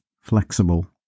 flexible